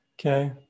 okay